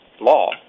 law